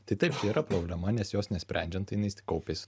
tai taip tai yra problema nes jos nesprendžiant jinai kaupiasi